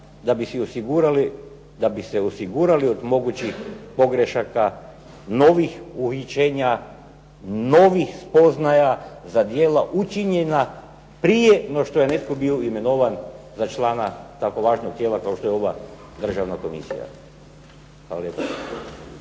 da bi se osigurali od mogućih pogrešaka novih uhićenja, novih spoznaja za djela učinjena prije nego što je netko bio imenovan za člana tako važnog tijela kao što je ova državna komisije. Hvala lijepo.